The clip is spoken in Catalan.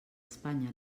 espanya